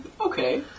Okay